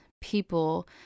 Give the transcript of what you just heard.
people